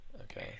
Okay